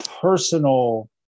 personal